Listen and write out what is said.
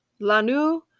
lanu